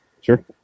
Sure